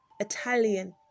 italian